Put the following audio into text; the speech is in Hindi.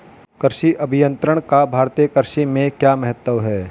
कृषि अभियंत्रण का भारतीय कृषि में क्या महत्व है?